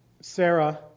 Sarah